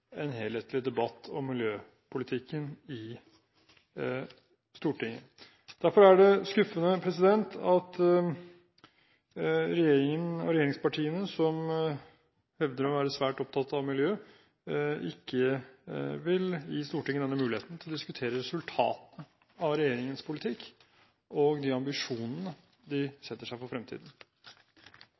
en helhetlig debatt om miljøpolitikken i Stortinget. Derfor er det skuffende at regjeringen og regjeringspartiene, som hevder å være svært opptatt av miljø, ikke vil gi Stortinget denne muligheten til å diskutere resultatene av regjeringens politikk og de ambisjonene de setter seg for fremtiden.